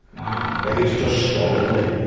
wow! ah he's just scalded me.